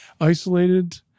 Isolated